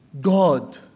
God